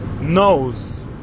knows